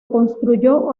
construyó